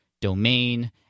domain